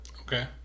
Okay